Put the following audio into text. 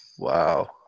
Wow